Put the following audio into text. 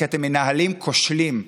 כי אתם מנהלים כושלים.